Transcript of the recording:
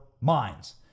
minds